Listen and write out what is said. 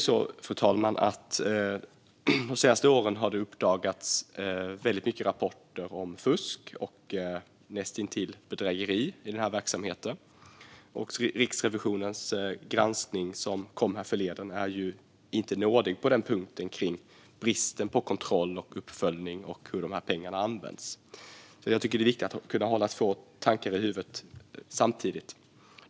Samtidigt har det de senaste åren rapporterats om mycket fusk och näst intill bedrägeri inom dessa verksamheter, och Riksrevisionens granskning, som kom härförleden, är inte nådig vad gäller bristen på kontroll och uppföljning av hur pengarna används. Det är viktigt att kunna hålla två tankar i huvudet samtidigt.